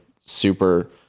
super